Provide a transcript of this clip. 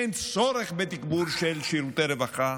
אין צורך בתגבור של שירותי רווחה.